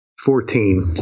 Fourteen